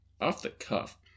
Off-the-cuff